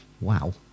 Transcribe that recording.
Wow